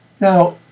Now